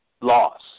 loss